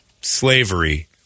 slavery